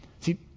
See